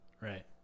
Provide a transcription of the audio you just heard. Right